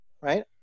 right